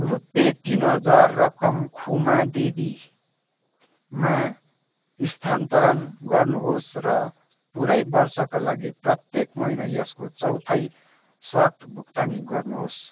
रुपियाँ तिन हजार रकम खुमा देवीमा स्थानान्तरण गर्नुहोस् र पुरै वर्षका लागि प्रत्येक महिना यसको चौथाई स्वतः भुक्तानी गर्नुहोस्